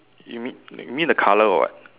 you mean you mean the colour or what